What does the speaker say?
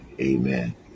Amen